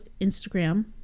Instagram